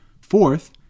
Fourth